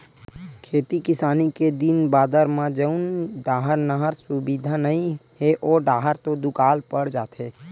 खेती किसानी के दिन बादर म जउन डाहर नहर सुबिधा नइ हे ओ डाहर तो दुकाल पड़ जाथे